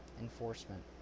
enforcement